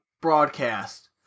broadcast